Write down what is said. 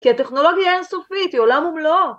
‫כי הטכנולוגיה אינסופית, ‫היא עולם ומלואו.